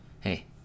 Hey